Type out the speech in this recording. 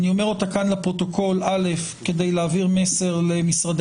אני אומר אותה כאן לפרוטוקול כדי להעביר מסר למשרדי